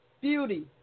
Beauty